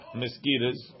mosquitoes